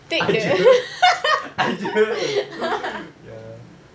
aje aje ya